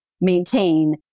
maintain